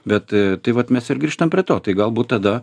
bet tai vat mes ir grįžtam prie to tai galbūt tada